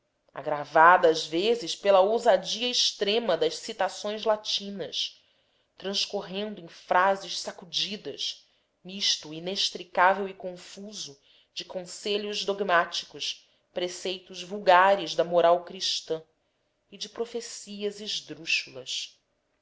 agravada às vezes pela ousadia extrema das citações latinas transcorrendo em frases sacudidas misto inextricável e confuso de conselhos dogmáticos preceitos vulgares da moral cristã e de profecias esdrúxulas